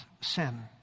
sin